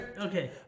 Okay